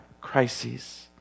crises